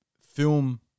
film